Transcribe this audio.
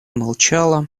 молчала